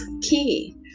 key